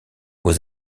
aux